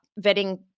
vetting